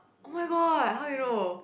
oh my god how you know